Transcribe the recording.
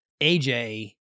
AJ